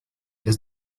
does